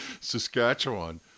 Saskatchewan